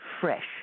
fresh